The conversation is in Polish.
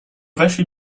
weszli